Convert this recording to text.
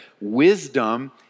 wisdom